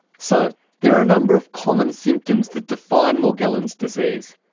so there are a number of common symptoms that define morgellons disease,